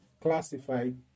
classified